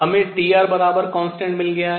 हमें Trconstant मिल गया है